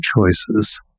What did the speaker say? choices